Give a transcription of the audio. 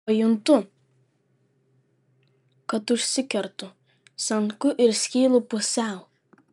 pajuntu kad užsikertu senku ir skylu pusiau